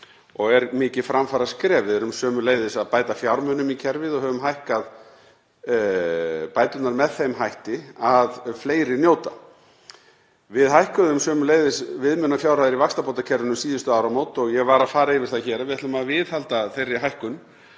og er það mikið framfaraskref. Við erum sömuleiðis að bæta fjármunum í kerfið og höfum hækkað bæturnar með þeim hætti að fleiri njóta þeirra. Við hækkuðum sömuleiðis viðmiðunarfjárhæðir í vaxtabótakerfinu um síðustu áramót og ég var að fara yfir það hér að við ætlum að viðhalda þeirri hækkun.